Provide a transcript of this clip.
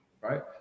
Right